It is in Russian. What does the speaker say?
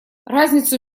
разницу